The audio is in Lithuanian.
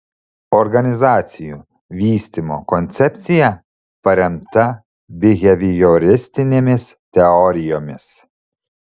organizacijų vystymo koncepcija paremta bihevioristinėmis teorijomis